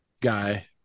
guy